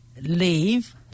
leave